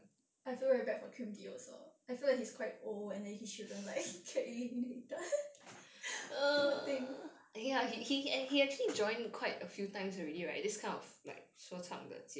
I feel very bad for kum D also I feel like he's quite old and then he shouldn't like get eliminated poor thing